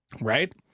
Right